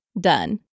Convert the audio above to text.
done